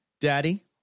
Daddy